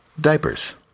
diapers